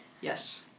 yes